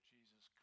Jesus